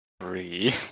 three